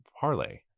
parlay